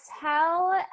tell